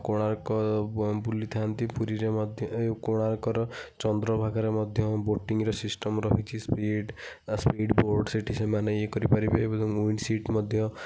କୋଣାର୍କ ବୁଲିଥାଆନ୍ତି ପୁରୀରେ ମଧ୍ୟ ଏ କୋଣାର୍କର ଚନ୍ଦ୍ରଭାଗାରେ ମଧ୍ୟ ବୋଟିଂର ସିଷ୍ଟମ୍ ରହିଛି ସ୍ପିଡ଼୍ ସ୍ପିଡ଼୍ ବୋଟ୍ ସେଠି ସେମାନେ ଇଏ କରିପାରିବେ ଉଇଣ୍ଡ୍ ସିଟ୍ ମଧ୍ୟ